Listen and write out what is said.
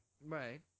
right